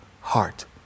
heart